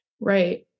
Right